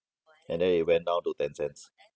and then it went down to ten cents